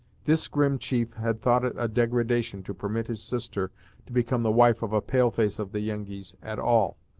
this grim chief had thought it a degradation to permit his sister to become the wife of a pale-face of the yengeese at all,